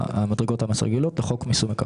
48א(ב1) לחוק מיסוי מקרקעין.